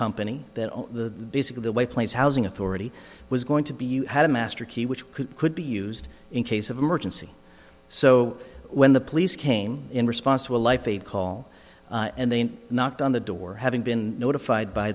company that the basically the way place housing authority was going to be you had a master key which could be used in case of emergency so when the police came in response to a life a call and they knocked on the door having been notified by